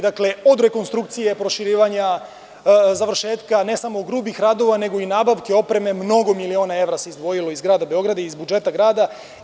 Dakle, od rekonstrukcije, proširivanja, završetka ne samo grubih radova, nego i nabavke opreme, mnogo miliona evra se izdvojilo iz Grada Beograda i iz budžeta grada.